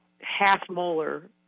half-molar